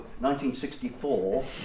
1964